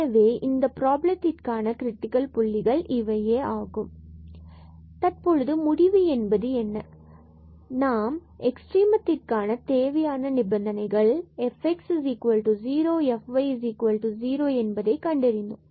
எனவே இவை இந்த ப்ராபளத்திற்கான கிரிட்டிக்கல் புள்ளிகள் ஆகும் எனவே முடிவு என்பது என்ன தற்பொழுது நாம் எக்ஸ்ட்ரீமம் க்கான தேவையான நிபந்தனைகளை fxab0 and fyab0 கண்டறிந்தோம்